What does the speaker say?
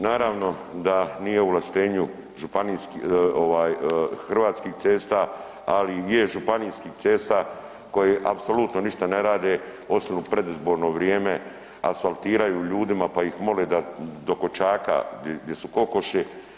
Naravno da nije u ovlaštenju Hrvatskih cesta, ali je Županijskih cesta koji apsolutno ništa ne rade osim u predizborno vrijeme asfaltiraju ljudima pa ih mole do kočaka gdje su kokoši.